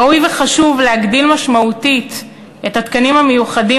ראוי וחשוב להגדיל משמעותית את מספר התקנים המיוחדים